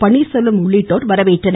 பன்னீர்செல்வம் உள்ளிட்டோர் வரவேற்றனர்